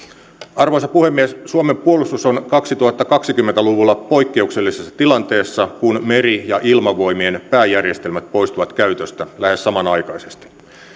arvoisa puhemies suomen puolustus on kaksituhattakaksikymmentä luvulla poikkeuksellisessa tilanteessa kun meri ja ilmavoimien pääjärjestelmät poistuvat käytöstä lähes samanaikaisesti